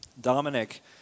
Dominic